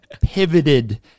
pivoted